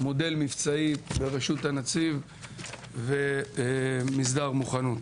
מודל מבצעי ברשות הנציב ומסדר מוכנות.